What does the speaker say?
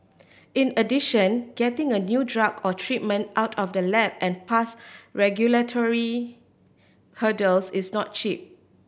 in addition getting a new drug or treatment out of the lab and past regulatory hurdles is not cheap